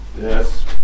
Yes